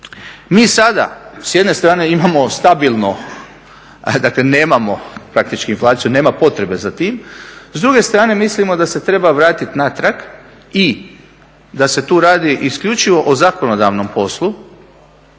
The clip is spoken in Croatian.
Mi sada s jedne strane imamo stabilno, dakle nemamo praktički inflaciju, nema potrebe za tim, s druge strane mislimo da se treba vratit natrag i da se tu radi isključivo o zakonodavnom poslu